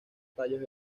tallos